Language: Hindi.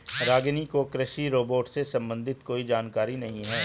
रागिनी को कृषि रोबोट से संबंधित कोई जानकारी नहीं है